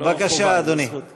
זו לא חובה, זו זכות.